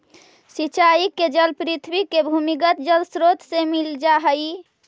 सिंचाई के जल पृथ्वी के भूमिगत जलस्रोत से मिल जा हइ